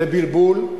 לבלבול.